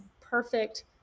perfect